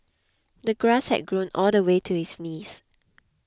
the grass had grown all the way to his knees